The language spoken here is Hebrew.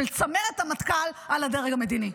של צמרת המטכ"ל על הדרג המדיני.